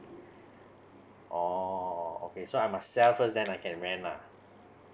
oh okay so I must sell first then I can rent ah